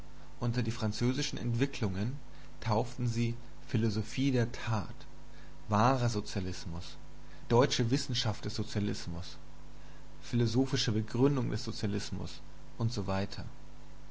unter die französischen entwicklungen tauften sie philosophie der tat wahrer sozialismus deutsche wissenschaft des sozialismus usw